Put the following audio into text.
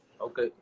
okay